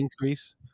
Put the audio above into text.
increase